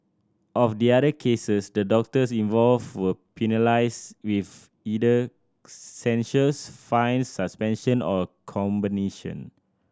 of the other cases the doctors involved were penalised with either censures fines suspension or a combination